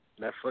Netflix